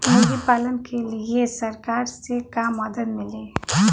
मुर्गी पालन के लीए सरकार से का मदद मिली?